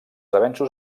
avenços